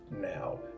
now